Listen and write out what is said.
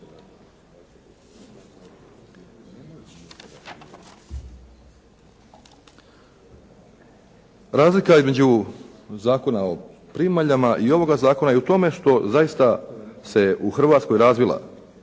Razlika između Zakona o primaljama i ovoga zakona je u tome što zaista se u Hrvatskoj razvila